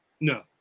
No